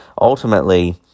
ultimately